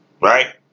right